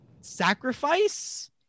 sacrifice